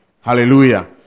hallelujah